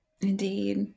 Indeed